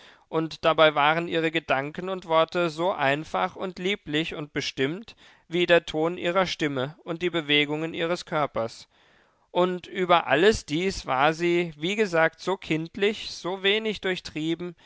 und dabei waren ihre gedanken und worte so einfach und lieblich und bestimmt wie der ton ihrer stimme und die bewegungen ihres körpers und über alles dies war sie wie gesagt so kindlich so wenig durchtrieben